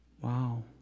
Wow